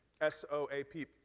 S-O-A-P